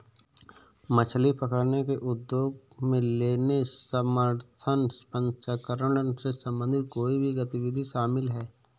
मछली पकड़ने के उद्योग में लेने, संवर्धन, प्रसंस्करण से संबंधित कोई भी गतिविधि शामिल है